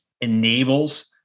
enables